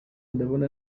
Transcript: ndabona